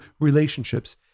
relationships